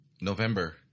November